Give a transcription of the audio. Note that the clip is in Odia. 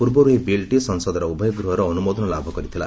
ପୂର୍ବରୁ ଏହି ବିଲ୍ଟି ସଂସଦର ଉଭୟ ଗୃହର ଅନୁମୋଦନ ଲାଭ କରିଥିଲା